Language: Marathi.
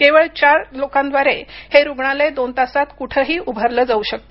केवळ चार लोकांद्वारे हे रुग्णालय दोन तासांत कुठेही उभारले जाऊ शकते